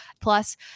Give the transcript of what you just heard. Plus